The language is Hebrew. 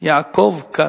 יעקב כץ.